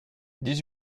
dix